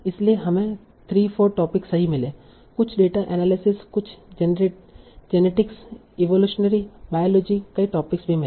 इसलिए हमें 3 4 टोपिक सही मिले कुछ डेटा एनालिसिस कुछ जेनेटिक्स इवोलुसनरी बायोलॉजी कई टॉपिक्स भी मिले